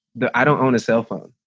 the i don't own a cell phone.